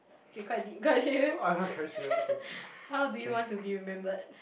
okay quite deep quite deep how do you want to be remembered